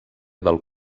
del